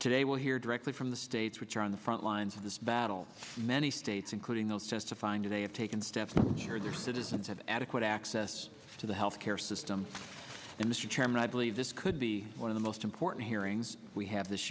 today we'll hear directly from the states which are on the front lines of this battle many states including those testifying today have taken steps here their citizens have adequate access to the health care system and mr chairman i believe this could be one of the most important hearings we have this